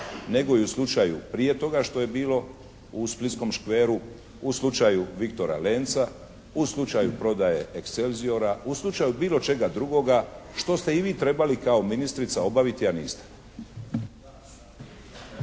nego i u slučaju prije toga što je bilo u splitskom škveru u slučaju "Viktora Lenca", u slučaju prodaje "Excelsior"-a, u slučaju bilo čega drugoga što ste i vi trebali kao ministrica obaviti, a niste.